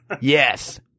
yes